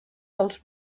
dels